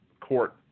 court